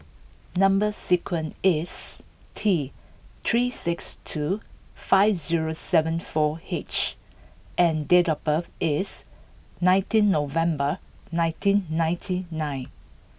number sequence is T three six two five zero seven four H and date of birth is nineteen November nineteen ninety nine